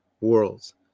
worlds